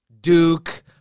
Duke